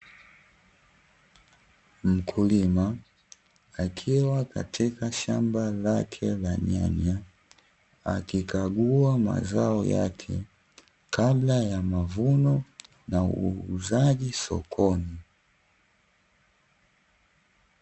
Mkulima akiwa katika shamba lake la nyanya, akikagua mazao yake kabla ya mavuno na uuzaji sokoni.